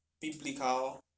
biblical